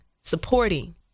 supporting